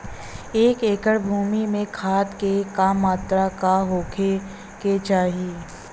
एक एकड़ भूमि में खाद के का मात्रा का होखे के चाही?